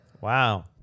Wow